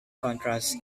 contrast